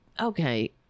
Okay